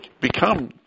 become